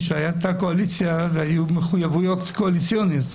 משום שהייתה קואליציה והיו מחויבויות קואליציוניות.